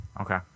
Okay